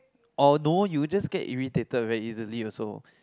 although you just get irritated very easily also